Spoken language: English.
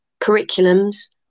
curriculums